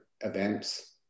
events